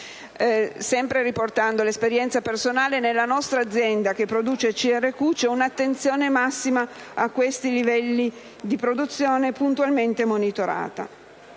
Sempre riportando l'esperienza personale, nella nostra azienda che produce CDR-Q c'è un'attenzione massima a questi livelli di produzione puntualmente monitorata.